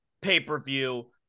pay-per-view